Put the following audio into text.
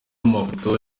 mafoto